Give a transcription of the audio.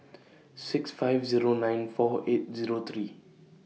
six five Zero nine four eight Zero three